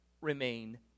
remain